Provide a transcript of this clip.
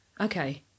okay